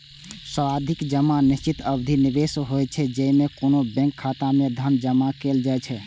सावधि जमा निश्चित अवधिक निवेश होइ छै, जेइमे कोनो बैंक खाता मे धन जमा कैल जाइ छै